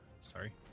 sorry